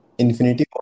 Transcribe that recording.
Infinity